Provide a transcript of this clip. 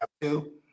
two